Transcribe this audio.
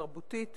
ותרבותית